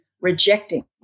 rejecting